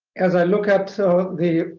as i look at the